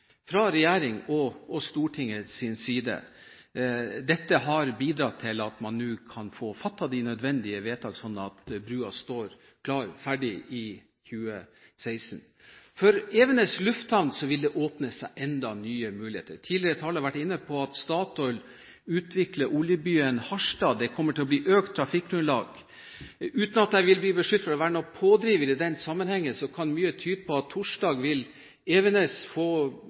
fra regjeringens og Stortingets side. Dette har bidratt til at man nå kan få fattet de nødvendige vedtak, slik at brua står ferdig i 2016. For Evenes lufthavn vil det åpne seg nye muligheter. Tidligere talere har vært inne på at Statoil utvikler oljebyen Harstad. Det kommer til å bli økt trafikkgrunnlag. Uten at jeg vil bli beskyldt for å være en pådriver, kan mye tyde på at på torsdag vil Evenes få